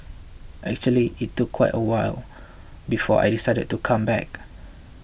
actually it took quite a while before I decided to come back